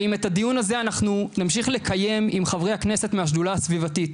ואם את הדיון הזה אנחנו נמשיך לקיים עם חברי הכנסת מהשדולה הסביבתית,